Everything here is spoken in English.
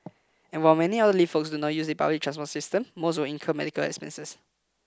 and while many elderly folks not use the public transport system most would incur medical expenses